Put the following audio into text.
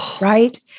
Right